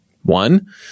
One